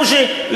בוז'י,